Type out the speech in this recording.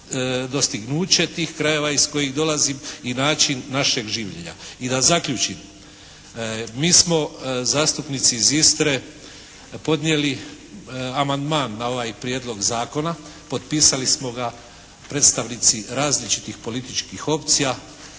dostignuće tih krajeva iz kojeg dolazim i način našeg življenja. I da zaključim, mi smo zastupnici iz Istre podnijeli amandman na ovaj prijedlog zakona. Potpisali smo ga predstavnici različitih političkih opcija.